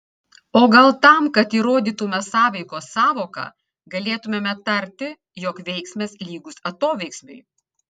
o gal tam kad įrodytume sąveikos sąvoką galėtumėme tarti jog veiksmas lygus atoveiksmiui